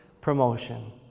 promotion